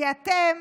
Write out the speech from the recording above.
כי אתם,